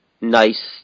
nice